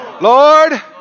Lord